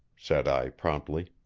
said i promptly.